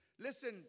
listen